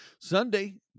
sunday